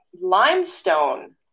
limestone